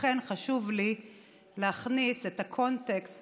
חשוב לי להכניס לקונטקסט